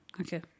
Okay